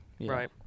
Right